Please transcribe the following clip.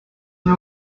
una